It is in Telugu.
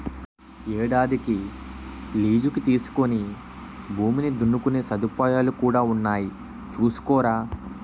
ఏడాదికి లీజుకి తీసుకుని భూమిని దున్నుకునే సదుపాయాలు కూడా ఉన్నాయి చూసుకోరా